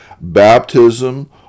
baptism